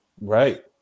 Right